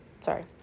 sorry